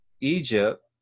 Egypt